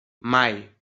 mai